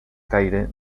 caire